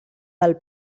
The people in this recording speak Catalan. del